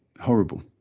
Horrible